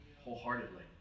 wholeheartedly